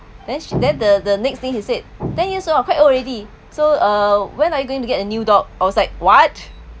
then then the the next thing he said ten years old ah quite old already so uh when are you going to get a new dog I was like [what]